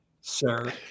sir